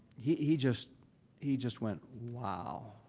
he he just he just went, wow!